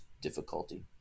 difficulty